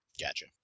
Gotcha